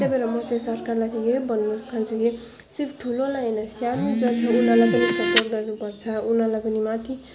त्यही भएर म चाहिँ सरकारलाई चाहिँ यही भन्न चाहन्छु कि सिर्फ ठुलोलाई होइन सानोलाई पर्छ उनीहरूलाई पनि माथि लानुपर्छ